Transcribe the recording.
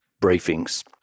briefings